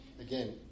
again